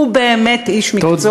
הוא באמת איש מקצועי.